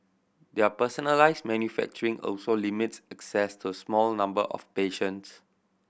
their personalised manufacturing also limits access to small number of patients